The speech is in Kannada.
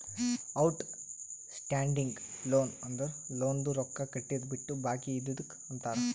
ಔಟ್ ಸ್ಟ್ಯಾಂಡಿಂಗ್ ಲೋನ್ ಅಂದುರ್ ಲೋನ್ದು ರೊಕ್ಕಾ ಕಟ್ಟಿದು ಬಿಟ್ಟು ಬಾಕಿ ಇದ್ದಿದುಕ್ ಅಂತಾರ್